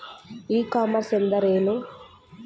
E commerce ಎಂದರೆ ಏನು?